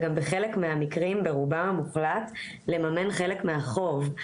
גם בחלק המקרים ברובו המוחלט לממן חלק מהחוב.